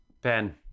Ben